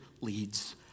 leads